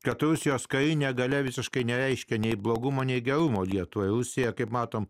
kad rusijos kai negalia visiškai nereiškia nei blogumo nei gerumo lietuvai rusija kaip matome